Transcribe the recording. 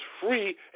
free